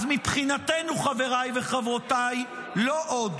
אז מבחינתנו, חבריי וחברותיי, לא עוד.